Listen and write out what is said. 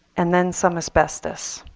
and then some asbestos.